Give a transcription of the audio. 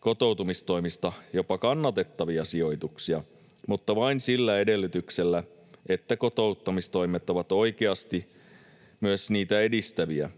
kotoutumistoimista jopa kannatettavia sijoituksia mutta vain sillä edellytyksellä, että kotouttamistoimet ovat oikeasti myös niitä edistäviä.